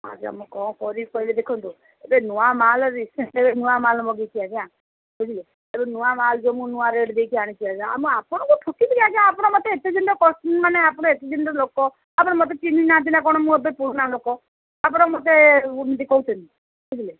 ଆଜ୍ଞା ମୁଁ କ'ଣ କରିବି କହିଲେ ଦେଖନ୍ତୁ ଏବେ ନୂଆ ମାଲ୍ ରିସେଣ୍ଟ୍ଲି ଏବେ ନୂଆ ମାଲ୍ ମଗେଇଛି ଆଜ୍ଞା ବୁଝିଲେ ଏବେ ନୂଆ ମାଲ୍ ଯୋଉ ମୁଁ ନୂଆ ରେଟ୍ ଦେଇକି ଆଣିଛି ଆଜ୍ଞା ଆଉ ମୁଁ ଆପଣଙ୍କୁ ଠକି ଦେବି ଆଜ୍ଞା ଆପଣ ମୋତେ ଏତେ ଦିନର କଷ୍ଟମର୍ ମାନେ ଏତେ ଦିନର ଲୋକ ଆପଣ ମତେ ଚିହ୍ନି ନାହାନ୍ତି ନା କ'ଣ ମୁଁ ଏବେ ପୁରୁଣା ଲୋକ ଆପଣ ମୋତେ ଏମିତି କହୁଛନ୍ତି ବୁଝିଲେ